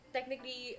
technically